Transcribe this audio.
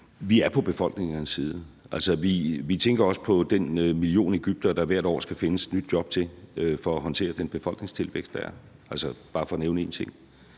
Vi er på befolkningernes side. Vi tænker også på den million egyptere, der hvert år skal findes et nyt job til for at håndtere den befolkningstilvækst, der er – altså bare for at nævne en ting.